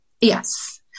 Yes